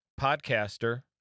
podcaster